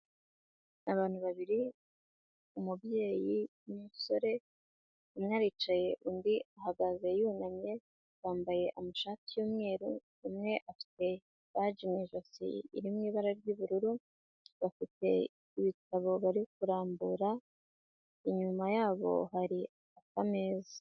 Abantu babiri umubyeyi, n'umusore, umwe aricaye, undi ahagaze yunamye bambaye amashati y'umweru, umwe afite baji mu ijosi, iri mu ibara ry'ubururu, bafite ibitabo bari kurambura, inyuma yabo hari ameza.